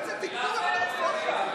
זה לא עובד ככה.